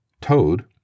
Toad